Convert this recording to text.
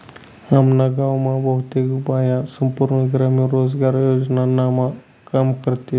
आम्ना गाव मा बहुतेक बाया संपूर्ण ग्रामीण रोजगार योजनामा काम करतीस